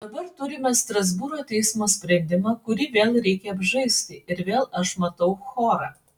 dabar turime strasbūro teismo sprendimą kurį vėl reikia apžaisti ir vėl aš matau chorą